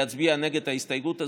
להצביע נגד ההסתייגות הזאת,